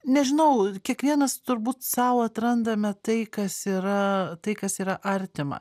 nežinau kiekvienas turbūt sau atrandame tai kas yra tai kas yra artima